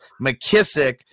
McKissick